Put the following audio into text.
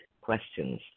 questions